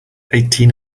eighteen